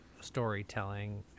storytelling